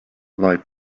like